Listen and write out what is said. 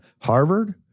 Harvard